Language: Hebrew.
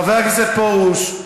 חבר הכנסת פרוש,